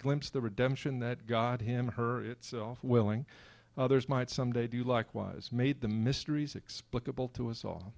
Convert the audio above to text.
glimpse the redemption that got him her itself willing others might someday do likewise made the mysteries explicable to us all